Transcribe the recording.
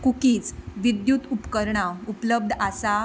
cookies विद्युत उपकरणां उपलब्ध आसा